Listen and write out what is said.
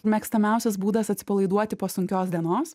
mėgstamiausias būdas atsipalaiduoti po sunkios dienos